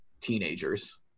teenagers